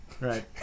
right